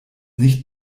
nicht